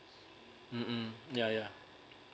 mm yeah yeah